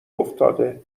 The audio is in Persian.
افتاده